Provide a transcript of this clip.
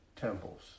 temples